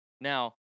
Now